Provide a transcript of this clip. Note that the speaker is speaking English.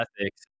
ethics